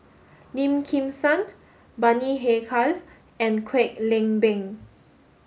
Lim Kim San Bani Haykal and Kwek Leng Beng